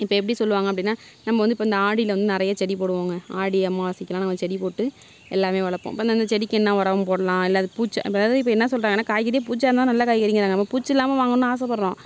இப்போ எப்படி சொல்வாங்க அப்படினா நம்ம வந்து இப்போ இந்த ஆடியில் வந்து நிறைய செடி போடுவோங்க ஆடி அம்மாவாசைக்கெலாம் நாங்கள் செடி போட்டு எல்லாம் வளர்ப்போம் இப்போ அந்த செடிக்கு என்ன உரம் போடலாம் இல்லை அது பூச்சி அதாவது இப்போ என்ன சொல்கிறங்கனா காய்கறி பூச்சாக இருந்தால் நல்ல காய்கறிதாங்க பூச்சி இல்லாமல் வாங்கணும்னு ஆசை படுறோம்